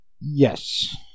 Yes